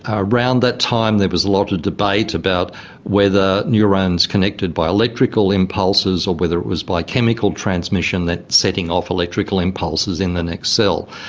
ah around that time there was a lot of debate about whether neurones connected by electrical impulses or whether it was by chemical transmission setting off electrical impulses in the next cell.